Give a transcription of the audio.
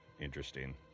interesting